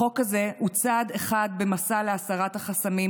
החוק הזה הוא צעד אחד לקראת הסרת החסמים